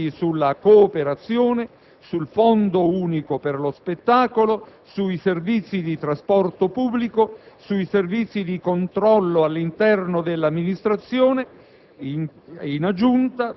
una serie di tagli sulla cooperazione, sul Fondo unico per lo spettacolo, sui servizi di trasporto pubblico e sui servizi di controllo all'interno dell'amministrazione.